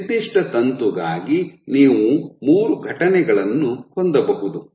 ನಿರ್ದಿಷ್ಟ ತಂತುಗಾಗಿ ನೀವು ಮೂರು ಘಟನೆಗಳನ್ನು ಹೊಂದಬಹುದು